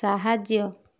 ସାହାଯ୍ୟ